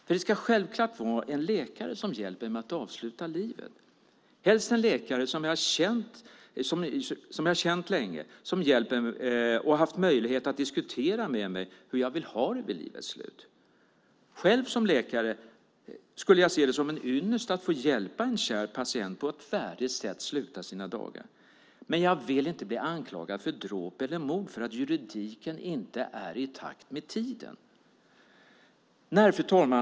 För det ska självklart vara en läkare som hjälper mig att avsluta livet, helst en läkare som jag har känt länge och som har haft möjlighet att diskutera med mig hur jag vill ha det vid livets slut. Själv läkare skulle jag se det som en ynnest att få hjälpa en kär patient att på ett värdigt sätt sluta sina dagar, men jag vill inte bli anklagad för dråp eller mord för att juridiken inte är i takt med tiden. Fru talman!